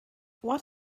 what